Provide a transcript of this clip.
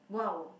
wow